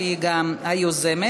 שהיא גם היוזמת,